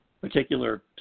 particular